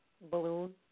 balloon